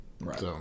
Right